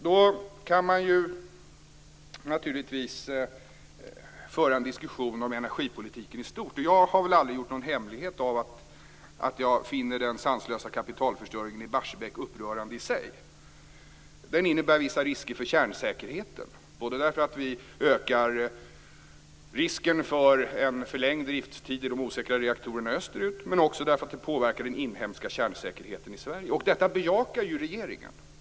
Då kan man naturligtvis föra en diskussion om energipolitiken i stort. Jag har aldrig gjort någon hemlighet av att jag finner den sanslösa kapitalförstöringen i Barsebäck upprörande i sig. Den innebär vissa risker för kärnsäkerheten, både därför att vi ökar risken för en förlängd drifttid i de osäkra reaktorerna österut och därför att den påverkar den inhemska kärnsäkerheten. Och detta bejakar ju regeringen.